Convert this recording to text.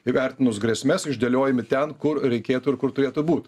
įvertinus grėsmes išdėliojami ten kur reikėtų ir kur turėtų būt